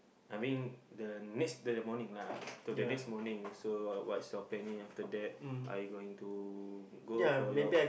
I mean the next the morning lah to the next morning so what's your planning after that are you going to go for your